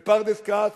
בפרדס-כץ,